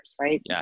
right